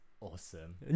awesome